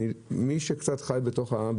מי שקצת חי בתוך העם,